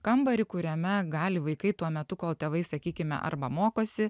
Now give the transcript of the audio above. kambarį kuriame gali vaikai tuo metu kol tėvai sakykime arba mokosi